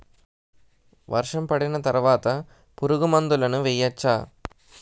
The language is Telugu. వర్షం పడిన తర్వాత పురుగు మందులను వేయచ్చా?